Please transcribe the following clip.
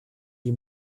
die